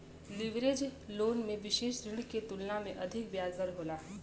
leverage loan में विसेष ऋण के तुलना में अधिक ब्याज दर होला